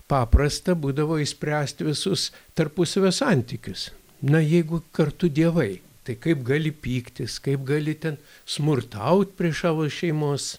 paprasta būdavo išspręsti visus tarpusavio santykius na jeigu kartu dievai tai kaip gali pyktis kaip gali ten smurtaut prieš savo šeimos